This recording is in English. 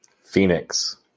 Phoenix